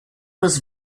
was